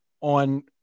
on